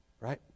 Right